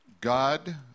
God